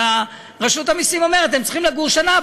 רשות המסים אומרת שהם צריכים לגור שנה,